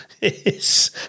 yes